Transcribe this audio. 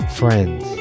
friends